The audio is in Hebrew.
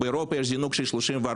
באירופה יש זינוק של 34%,